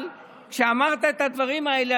אבל כשאמרת את הדברים האלה,